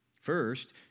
First